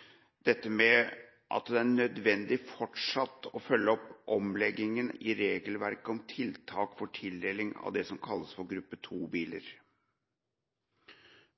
dette med noen kommentarer. Det første komiteen har merket seg, er at det fortsatt er nødvendig å følge opp omleggingen i regelverket om tiltak for tildeling av det som kalles gruppe 2-biler.